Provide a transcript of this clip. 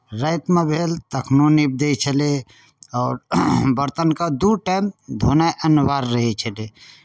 रातिमे भेल तखनहु नीप दै छेलै आओर बरतनके दू टाइम धोनाइ अनिवार्य रहै छलै